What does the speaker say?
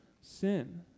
sin